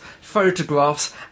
photographs